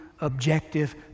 objective